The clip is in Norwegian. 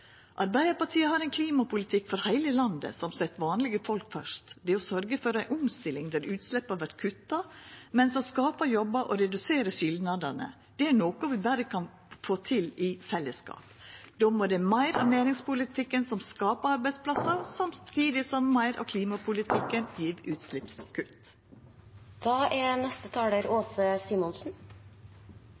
Arbeidarpartiet har ein klimapolitikk for heile landet som set vanlege folk først. Det å sørgja for ei omstilling der utsleppa vert kutta, men som skapar jobbar og reduserer skilnadane, er noko vi berre kan få til i fellesskap. Då må det meir til av den næringspolitikken som skapar arbeidsplassar, samtidig som meir av klimapolitikken gjev utsleppskutt. Det er